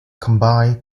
combined